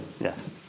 Yes